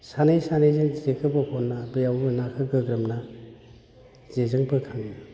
सानै सानैजों जेखौ बेंखनना बेयावबो नाखौ गोग्रोमना जेजों बोखाङो